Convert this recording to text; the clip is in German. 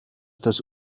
das